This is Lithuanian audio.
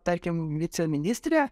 tarkim viceministrė